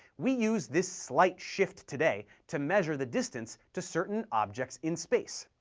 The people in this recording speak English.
we use this slight shift today to measure the distance to certain objects in space.